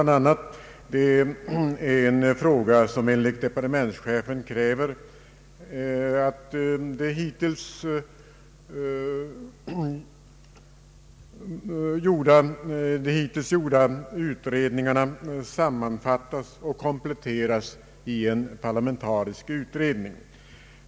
Det är en fråga som enligt departementschefen kräver att de hittills gjorda utredningarna sammanfattas och kompletteras i en parlamentarisk utredning.